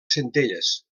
centelles